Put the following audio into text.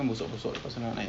um